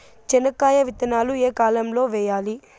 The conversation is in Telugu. చెనక్కాయ విత్తనాలు ఏ కాలం లో వేయాలి?